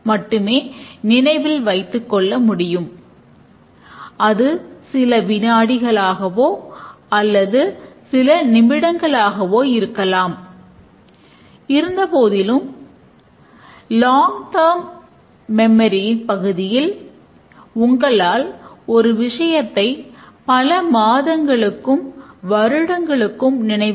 நாம் நம்முடைய விவாதத்திற்காக பெரும்பாலும் ஹாட்லி முறையை உபயோகிக்கிறோம்